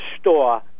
store